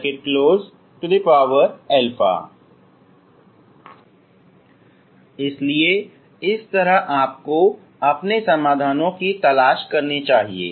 Γnα1x2 इसलिए इस तरह आपको अपने समाधानों की तलाश करनी चाहिए